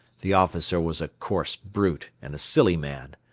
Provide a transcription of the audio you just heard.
the officer was a coarse brute and a silly man,